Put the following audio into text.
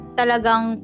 talagang